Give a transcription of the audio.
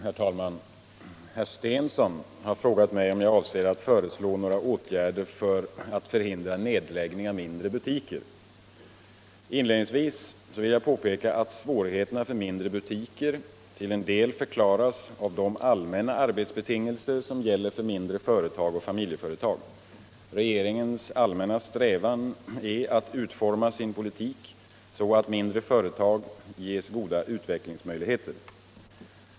Herr talman! Herr Stensson har frågat mig om jag avser att föreslå några åtgärder för att förhindra nedläggningen av mindre butiker. Inledningsvis vill jag påpeka att svårigheterna för mindre butiker till en del förklaras av de allmänna arbetsbetingelser som gäller för mindre företag och familjeföretag. Regeringens allmänna strävan är att utforma sin politik så att mindre företag ges goda utvecklingsmöjligheter.